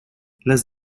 less